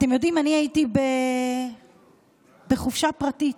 אתם יודעים, אני הייתי בחופשה פרטית